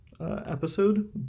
episode